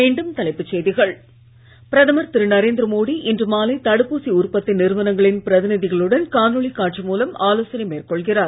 மீண்டும் தலைப்புச் செய்திகள் பிரதமர் திரு நரேந்திர மோடி இன்று மாலை தடுப்பூசி உற்பத்தி நிறுவனங்களின் பிரதிநிதிகளுடன் காணொளி காட்சி மூலம் ஆலோசனை மேற்கொள்கிறார்